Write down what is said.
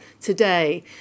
today